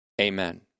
Amen